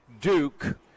Duke